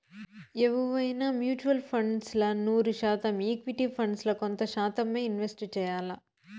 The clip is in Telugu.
ఎవువైనా మ్యూచువల్ ఫండ్స్ ల నూరు శాతం ఈక్విటీ ఫండ్స్ ల కొంత శాతమ్మే ఇన్వెస్ట్ చెయ్యాల్ల